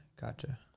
Gotcha